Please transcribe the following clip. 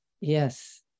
yes